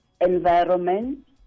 environment